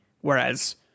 Whereas